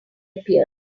appeared